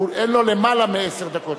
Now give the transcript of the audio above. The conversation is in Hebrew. אין לו למעלה מעשר דקות.